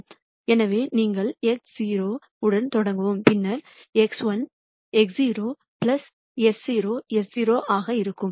எனவே நீங்கள் x0 உடன் தொடங்கவும் பின்னர் x0 α0 s0 ஆக இருக்கும்